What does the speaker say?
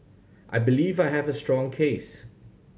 I believe I have a strong case